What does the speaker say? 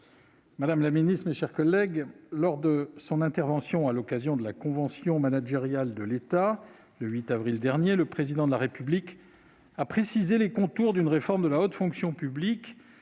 madame la ministre, mes chers collègues, lors de son intervention à l'occasion de la convention managériale de l'État, le 8 avril dernier, le Président de la République a précisé les contours d'une réforme de la haute fonction publique